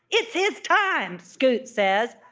it's his time scoot says.